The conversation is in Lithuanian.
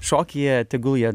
šokyje tegul jie